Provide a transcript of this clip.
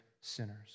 sinners